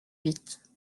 vite